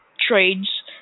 trades